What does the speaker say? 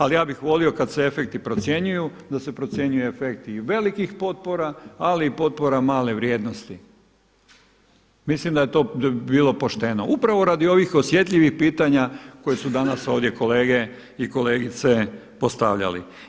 Ali ja bih volio kada se efekti procjenjuju da se procjenjuju efekti i velikih potpora, ali i potpora male vrijednosti, mislim da bi to bilo pošteno upravo radi ovih osjetljivih pitanja koje su danas ovdje kolegice i kolege postavljali.